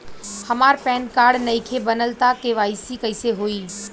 हमार PAN card नईखे बनल त के.वाइ.सी कइसे होई?